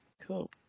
Cool